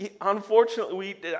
Unfortunately